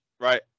right